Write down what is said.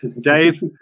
Dave